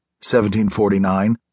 1749